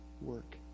work